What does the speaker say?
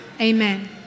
amen